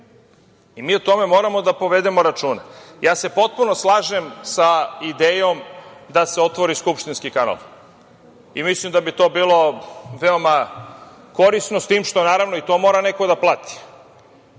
Mi o tome moramo da povedemo računa. Potpuno se slažem sa idejom da se otvori skupštinski kanal i mislim da bi to bilo veoma korisno, s tim što, naravno, i to mora neko da plati.